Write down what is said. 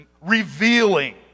revealing